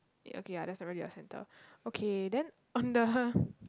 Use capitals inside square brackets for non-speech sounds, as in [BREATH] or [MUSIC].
okay yeah that's already your centre okay then on the [BREATH]